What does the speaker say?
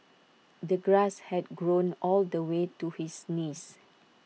the grass had grown all the way to his knees